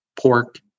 pork